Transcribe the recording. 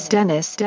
Dennis